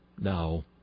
Now